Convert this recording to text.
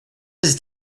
his